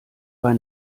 bei